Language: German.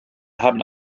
haben